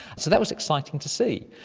so that was exciting to see,